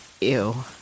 ew